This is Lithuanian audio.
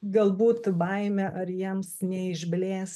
galbūt baimė ar jiems neišblės